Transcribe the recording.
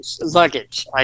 luggage